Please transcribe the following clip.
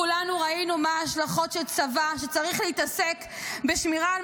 כולנו ראינו מה ההשלכות של צבא שצריך להתעסק בשמירה על